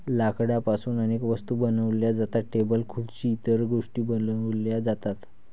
लाकडापासून अनेक वस्तू बनवल्या जातात, टेबल खुर्सी इतर गोष्टीं बनवल्या जातात